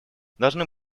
должны